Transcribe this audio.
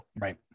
Right